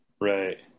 Right